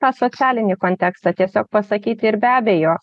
tą socialinį kontekstą tiesiog pasakyti ir be abejo